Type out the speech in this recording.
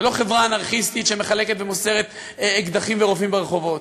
זאת לא חברה אנרכיסטית שמחלקת ומוסרת אקדחים ורובים ברחובות.